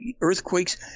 earthquakes